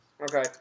Okay